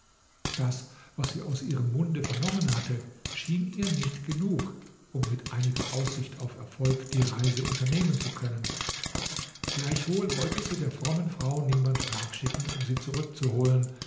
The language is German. das was sie aus ihrem munde vernommen hatte schien ihr nicht genug um mit einiger aussicht auf erfolg die reise unternehmen zu können gleichwohl wollte sie der frommen frau niemand nachschicken um sie zurückzuholen